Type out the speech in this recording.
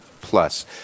plus